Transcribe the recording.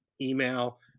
email